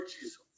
Jesus